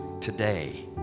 today